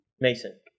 Mason